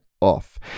off